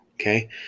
Okay